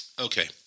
Okay